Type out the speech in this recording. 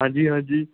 ਹਾਂਜੀ ਹਾਂਜੀ